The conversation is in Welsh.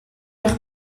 eich